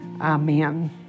Amen